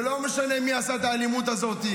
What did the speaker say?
ולא משנה מי עשה את האלימות הזאת.